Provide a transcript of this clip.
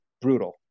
brutal